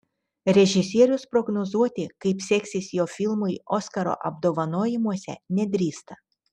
režisierius prognozuoti kaip seksis jo filmui oskaro apdovanojimuose nedrįsta